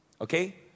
Okay